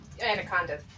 anaconda